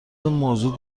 موضع